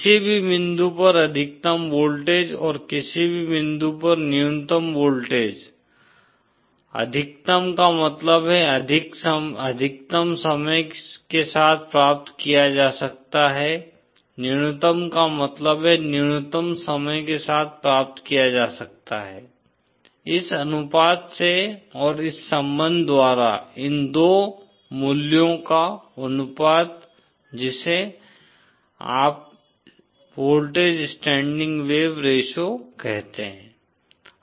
किसी भी बिंदु पर अधिकतम वोल्टेज और किसी भी बिंदु पर न्यूनतम वोल्टेज अधिकतम का मतलब है कि अधिकतम समय के साथ प्राप्त किया जा सकता है न्यूनतम का मतलब न्यूनतम समय के साथ प्राप्त किया जा सकता है इस अनुपात से और इस संबंध द्वारा इन 2 मूल्यों का अनुपात जिसे आप वोल्टेज स्टैंडिंग वेव रेश्यो कहते हैं